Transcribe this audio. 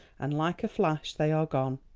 and, like a flash they are gone.